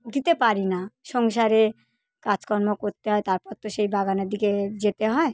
দিতে পারি না সংসারে কাজকর্ম করতে হয় তারপর তো সেই বাগানের দিকে যেতে হয়